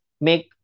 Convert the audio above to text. make